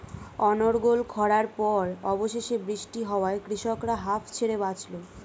অনর্গল খড়ার পর অবশেষে বৃষ্টি হওয়ায় কৃষকরা হাঁফ ছেড়ে বাঁচল